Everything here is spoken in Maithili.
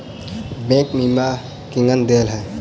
बैंक बीमा केना देय है?